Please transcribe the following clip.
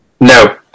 No